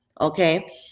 Okay